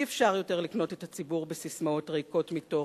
אי-אפשר יותר לקנות את הציבור בססמאות ריקות מתוכן,